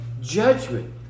judgment